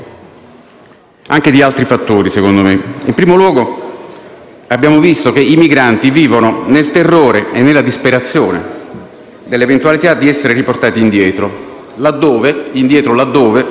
anche di altri fattori, a mio parere. In primo luogo, abbiamo visto che i migranti vivono nel terrore e nella disperazione dell'eventualità di essere riportati indietro, laddove, come hanno